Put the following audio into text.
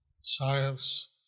science